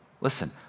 Listen